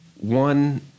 one